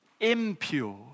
impure